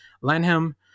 Lanham